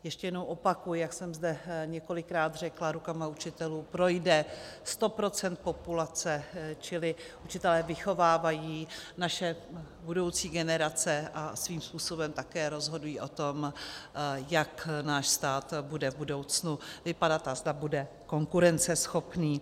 Ještě jednou opakuji, jak jsem zde několikrát řekla, rukama učitelů projde 100 % populace, čili učitelé vychovávají naše budoucí generace a svým způsobem také rozhodují o tom, jak náš stát bude v budoucnu vypadat a zda bude konkurenceschopný.